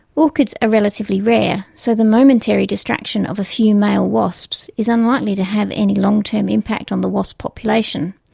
orchids are relatively rare, so the momentary distraction of a few male wasps is unlikely to have any long term impact on the wasp population.